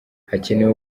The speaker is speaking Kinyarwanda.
hakenewe